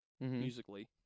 musically